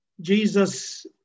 jesus